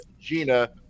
Gina